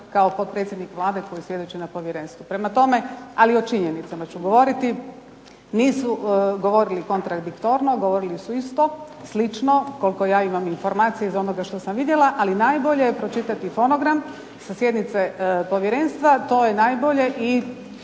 kao potpredsjednik Vlade koji svjedoči na povjerenstvu. Prema tome, ali o činjenicama ću govoriti, nisu govorili kontradiktorno, govorili su isto, slično, koliko ja imam informacije iz onoga što sam vidjela, ali najbolje je pročitati fonogram sa sjednice povjerenstva. To je najbolje i